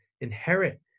inherit